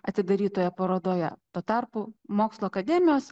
atidarytoje parodoje tuo tarpu mokslo akademijos